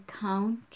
count